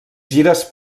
gires